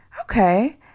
okay